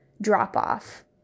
drop-off